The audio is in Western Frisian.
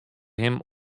him